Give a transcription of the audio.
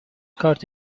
کارت